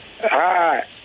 Hi